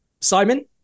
Simon